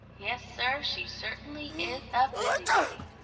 yes, sir, she certainly is a busybody.